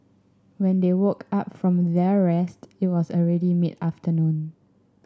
when they woke up from their rest it was already mid afternoon